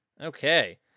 Okay